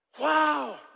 Wow